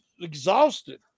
exhausted